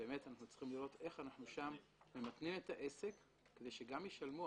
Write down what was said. עלינו לראות איך אנחנו ממתנים את העניין כדי שגם ישלמו,